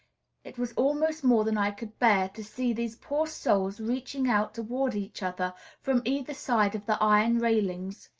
it was almost more than i could bear to see these poor souls reaching out toward each other from either side of the iron railings.